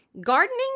Gardening